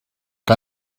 que